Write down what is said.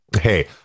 Hey